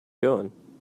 going